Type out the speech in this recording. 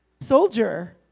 soldier